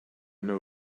know